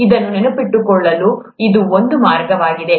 ಇದನ್ನು ನೆನಪಿಟ್ಟುಕೊಳ್ಳಲು ಇದು ಒಂದು ಮಾರ್ಗವಾಗಿದೆ